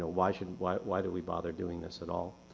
why should why why do we bother doing this at all?